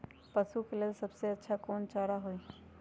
पशु के लेल सबसे अच्छा कौन सा चारा होई?